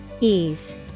Ease